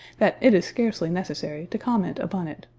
that it is scarcely necessary to comment upon it.